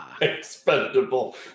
Expendable